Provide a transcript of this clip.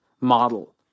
model